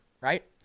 Right